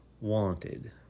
wanted